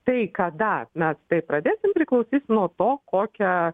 tai kada mes tai pradėsim priklausys nuo to kokią